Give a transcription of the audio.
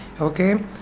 okay